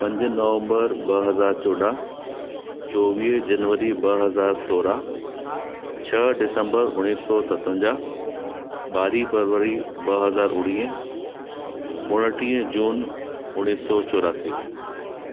पंज नवंबर ॿ हज़ार चोॾहं चोवीह जनवरी ॿ हज़ार सोरहं छह डिसंबर उणिवीह सौ सतवंजा्हु ॿारहं फरवरी ॿ हज़ार उणिवीह उणटीह जून उणिवीह सौ चोरासी